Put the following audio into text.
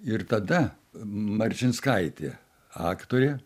ir tada marčinskaitė aktorė